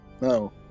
No